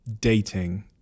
dating